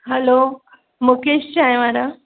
हलो मुकेश चांहि वारा